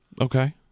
okay